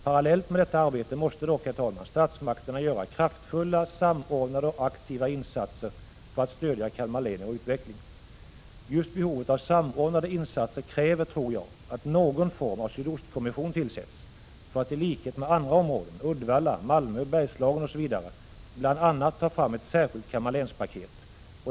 Parallellt med detta arbete måste dock, herr talman, statsmakterna göra kraftfulla, samordnade och aktiva insatser för att stödja Kalmar län i dess utveckling. Just behovet av samordnade åtgärder kräver, tror jag, att någon form av sydostkommission tillsätts, för att i likhet med vad som skett inom andra områden - Uddevalla, Malmö, Bergslagen osv. — bl.a. ta fram ett särskilt Kalmar län-paket.